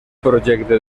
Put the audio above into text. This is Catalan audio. projecte